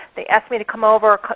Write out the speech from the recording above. they asked me to come over,